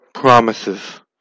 promises